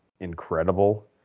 incredible